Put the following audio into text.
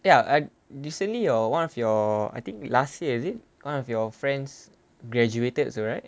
ya recently err one of your I think last year is it one of your friends graduated also right